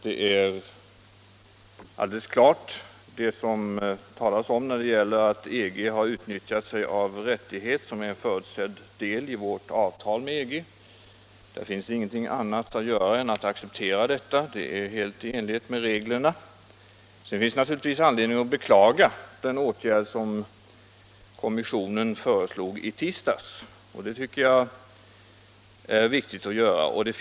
Det är alldeles klart att EG, såsom också framhållits i debatten, har utnyttjat en rättighet som ingår som en del i vårt avtal med EG. Det finns inget annat att göra än att acceptera detta förfarande, som är helt i enlighet med reglerna. Ändå finns det naturligtvis anledning att beklaga den åtgärd som kommissionen föreslog i tisdags, och jag tycker att det är viktigt att ge uttryck för detta.